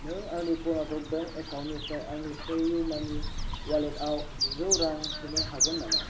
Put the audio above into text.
नों आंनि कर्नाटक बेंक एकाउन्टनिफ्रायनिफ्राय आंनि पेइउमानि अवालेटाव गुजौ रां सोनो हागोन नामा